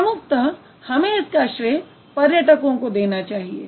प्रमुखतः हमें इसका श्रेय पर्यटकों को देना चाहिए